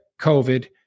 covid